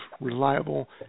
reliable